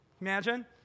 Imagine